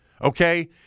Okay